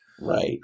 Right